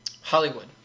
Hollywood